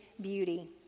beauty